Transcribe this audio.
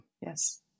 Yes